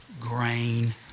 grain